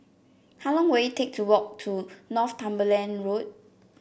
how long will it take to walk to Northumberland Road